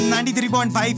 93.5